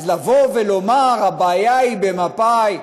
לבוא ולומר שהבעיה היא במפא"י,